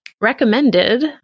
recommended